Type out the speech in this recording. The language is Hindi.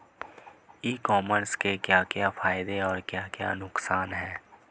ई कॉमर्स के क्या क्या फायदे और क्या क्या नुकसान है?